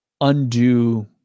undo